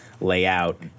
layout